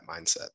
mindset